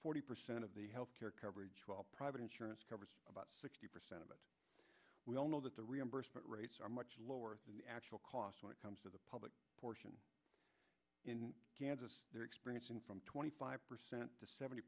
forty percent of the health care coverage while private insurance covers about sixty percent of it we all know that the reimbursement rates are much lower than the actual cost when it comes to the public portion in kansas they're experiencing from twenty five percent to seventy